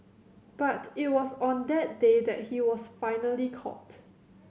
but it was on that day that he was finally caught